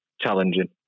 challenging